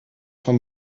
vom